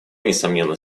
несомненно